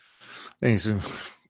Thanks